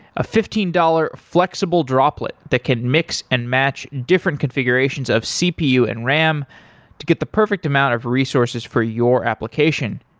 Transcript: a fifteen dollars flexible droplet that can mix and match different configurations of cpu and ram to get the perfect amount of resources for your application.